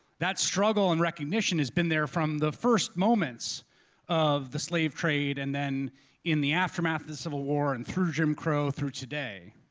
that struggle and recognition has been there from the first moments of the slave trade and then in the aftermath of the civil war and through jim crow, through today.